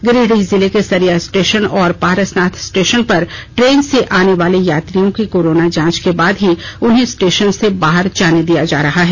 गिरिडीह जिले के सरिया स्टेशन और पारसनाथ स्टेशन पर ट्रेन से आने वाले यात्रियों का कोरोना जांच के बाद ही उन्हें स्टेशन से बाहर जाने दिया जा रहा है